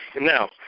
Now